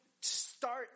start